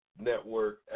Network